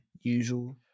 usual